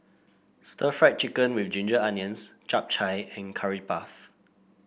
Stir Fried Chicken with Ginger Onions Chap Chai and Curry Puff